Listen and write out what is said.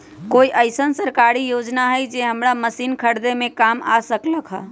कोइ अईसन सरकारी योजना हई जे हमरा मशीन खरीदे में काम आ सकलक ह?